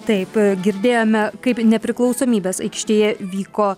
taip girdėjome kaip nepriklausomybės aikštėje vyko